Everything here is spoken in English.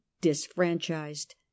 disfranchised